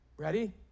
ready